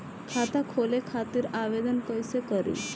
खाता खोले खातिर आवेदन कइसे करी?